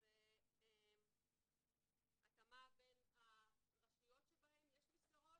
זה התאמה בין הרשויות שבהן יש מסגרות